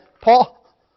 Paul